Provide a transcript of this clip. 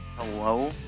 hello